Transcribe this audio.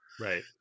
Right